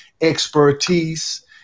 expertise